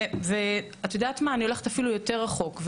ואני הולכת אפילו יותר רחוק,